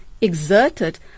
exerted